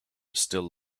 still